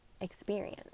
experience